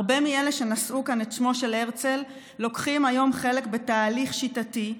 הרבה מאלה שנשאו כאן את שמו של הרצל לוקחים היום חלק בתהליך שיטתי,